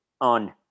on